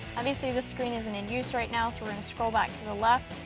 obviously this screen isn't in use right now so we're gonna scroll back to the left.